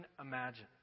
imagine